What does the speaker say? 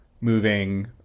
moving